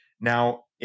Now